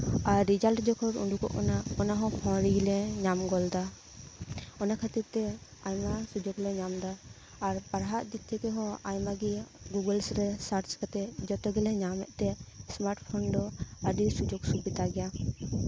ᱟᱨ result ᱡᱚᱠᱷᱚᱱ ᱩᱰᱩᱠᱚᱜ ᱠᱟᱱᱟ ᱚᱱᱟ ᱦᱚᱸ ᱯᱷᱳᱱ ᱨᱮᱜᱮ ᱞᱮ ᱧᱟᱢ ᱜᱚᱫ ᱮᱫᱟ ᱚᱱᱟ ᱠᱷᱟᱹᱛᱤᱨ ᱛᱮ ᱟᱭᱢᱟ ᱥᱩᱡᱳᱜ ᱥᱩᱵᱤᱫᱷᱟ ᱞᱮ ᱧᱟᱢ ᱮᱫᱟ ᱟᱨ ᱯᱟᱲᱦᱟᱣ ᱤᱫᱤ ᱛᱷᱮᱠᱮ ᱦᱚᱸ ᱟᱭᱢᱟ ᱜᱮ ᱜᱩᱜᱳᱞᱥ ᱨᱮ ᱥᱟᱨᱪ ᱠᱟᱛᱮᱫ ᱡᱚᱛᱚ ᱜᱮᱞᱮ ᱧᱟᱢ ᱮᱫ ᱛᱮ ᱥᱢᱟᱨᱴ ᱯᱷᱳᱱ ᱫᱚ ᱟᱹᱰᱤ ᱥᱩᱡᱳᱜ ᱥᱩᱵᱤᱫᱷᱟ ᱜᱮᱭᱟ